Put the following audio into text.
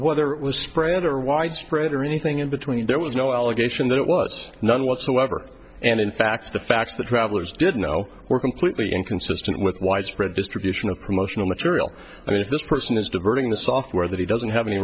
it was spread or widespread or anything in between there was no allegation that it was none whatsoever and in fact the facts that travelers did know were completely inconsistent with widespread distribution of promotional material and if this person is diverting the software that he doesn't have any